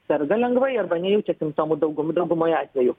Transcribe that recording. serga lengvai arba nejaučia simptomų dauguma daugumoj atvejų